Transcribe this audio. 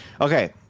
Okay